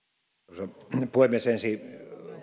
arvoisa puhemies ensin